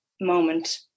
moment